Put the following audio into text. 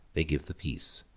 they give the peace